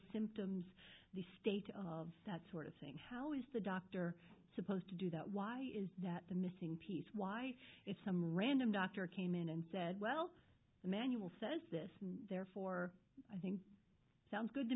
symptoms the state of that sort of thing how is the doctor supposed to do that why is that the missing piece why it's some random doctor came in and said well the manual says this therefore i think sounds good to